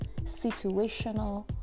situational